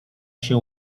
się